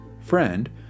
Friend